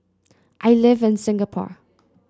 I live in Singapore